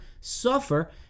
suffer